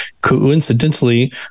Coincidentally